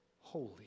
holy